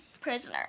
prisoner